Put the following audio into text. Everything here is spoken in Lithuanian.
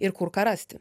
ir kur ką rasti